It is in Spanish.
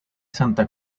santa